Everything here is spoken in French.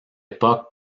époque